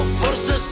forse